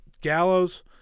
Gallows